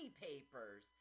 papers